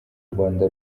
rwanda